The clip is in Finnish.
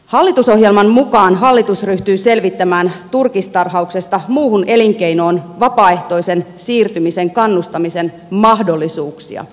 hallitusohjelman mukaan hallitus ryhtyy selvittämään turkistarhauksesta muuhun elinkeinoon vapaaehtoisen siirtymisen kannustamisen mahdollisuuksia